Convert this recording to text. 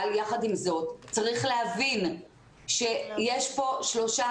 יחד עם זאת צריך להבין שיש כאן שלושה